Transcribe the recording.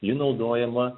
ji naudojama